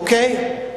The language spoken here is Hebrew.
אוקיי?